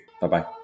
bye-bye